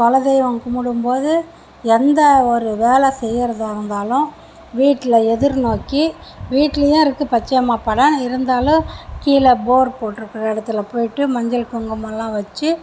குல தெய்வம் கும்பிடும்போது எந்த ஒரு வேலை செய்கிறதா இருந்தாலும் வீட்டில் எதிர்நோக்கி வீட்டிலேயும் இருக்குது பச்சையம்மா படம் இருந்தாலும் கீழே போர்டு போட்டிருக்க இடத்துல போய்விட்டு மஞ்சள் குங்குமல்லாம் வச்சு